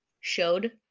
showed